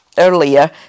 earlier